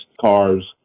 cars